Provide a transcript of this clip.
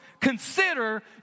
Consider